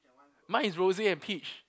mine is rose and peach